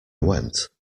went